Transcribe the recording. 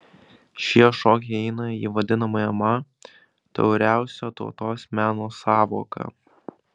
šie šokiai įeina į vadinamąją ma tauriausio tautos meno sąvoką